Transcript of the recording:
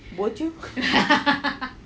bo jio